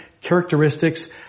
characteristics